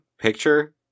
picture